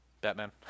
Batman